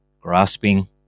Grasping